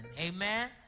amen